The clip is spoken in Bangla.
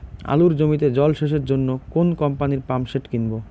আলুর জমিতে জল সেচের জন্য কোন কোম্পানির পাম্পসেট কিনব?